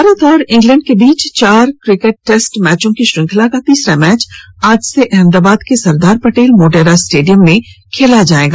भारत और इंग्लैंड के बीच चार क्रिकेट टेस्ट मैचों की श्रृंखला का तीसरा मैच आज से अहमदाबाद के सरदार पटेल मोटेरा स्टेडियम में खेला जायेगा